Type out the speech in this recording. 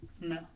No